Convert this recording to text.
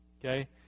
okay